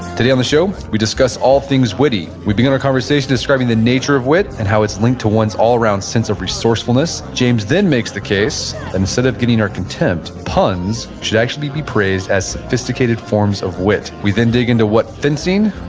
today on the show, we discuss all things witty. we begin our conversation describing the nature of wit and how it's linked to one's all around sense of resourcefulness. james then makes the case instead of getting our contempt, puns should actually be praised as sophisticated forms of wit. we then dig into what fencing,